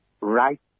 right